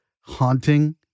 haunting